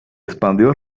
expandió